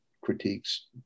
critiques